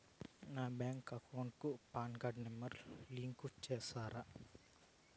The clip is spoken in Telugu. నా బ్యాంకు అకౌంట్ కు పాన్ కార్డు నెంబర్ ను లింకు సేస్తారా?